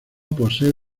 posee